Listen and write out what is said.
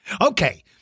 Okay